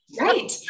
Right